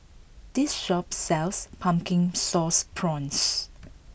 this shop sells Pumpkin Sauce Prawns